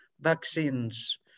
vaccines